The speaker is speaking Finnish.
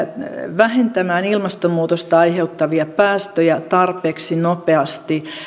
vähentämään ilmastonmuutosta aiheuttavia päästöjä tarpeeksi nopeasti